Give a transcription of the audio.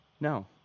No